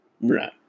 Right